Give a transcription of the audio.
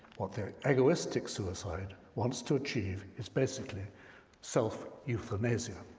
what the egoistic suicide wants to achieve is basically self euthanasia.